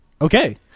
Okay